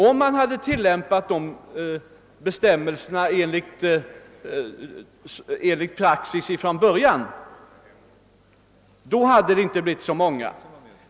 Om man hade tillämpat be stämmelserna på det sätt, som skedde från början, så hade det inte blivit så många.